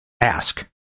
ask